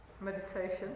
meditation